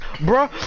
bro